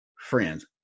friends